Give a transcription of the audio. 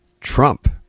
Trump